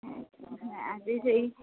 ଆଜି ସେଇ